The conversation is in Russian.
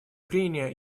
прения